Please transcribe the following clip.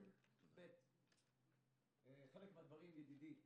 זה דבר ראשון.